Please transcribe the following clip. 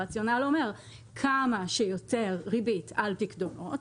הרציונל אומר כמה שיותר ריבית על פיקדונות,